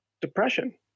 depression